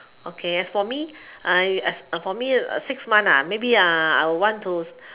okay as for me for me six months maybe I I want to